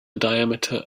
diameter